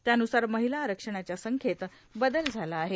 त्यान्सार र्माहला आरक्षणाच्या संख्येत बदल झाला आहे